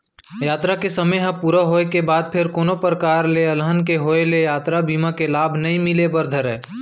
यातरा के समे ह पूरा होय के बाद फेर कोनो परकार ले अलहन के होय ले यातरा बीमा के लाभ नइ मिले बर धरय